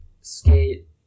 Skate